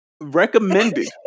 Recommended